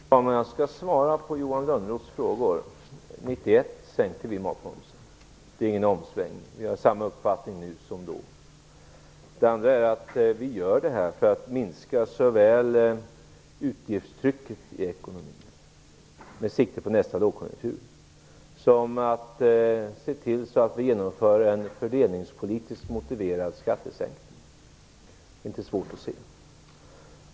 Fru talman! Jag skall svara på Johan Lönnroths frågor. Vi sänkte matmomsen 1991. Det är alltså ingen omsvängning; vi har samma uppfattning nu som då. Vi gör det här såväl för att minska utgiftstrycket i ekonomin med sikte på nästa lågkonjunktur, som för att se till att vi genomför en fördelningspolitiskt motiverad skattesänkning. Det är inte svårt att se.